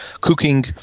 cooking